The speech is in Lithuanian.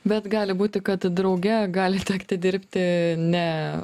bet gali būti kad drauge gali tekti dirbti ne